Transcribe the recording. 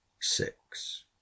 six